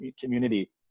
community